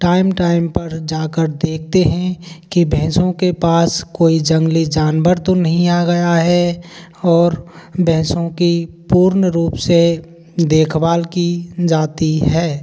time time पर जाकर देखते हैं कि भैंसों के पास कोई जंगली जानवर तो नहीं आ गया है और भैंसों की पूर्ण रूप से देखभाल की जाती है